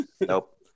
Nope